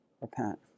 repent